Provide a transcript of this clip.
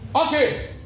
Okay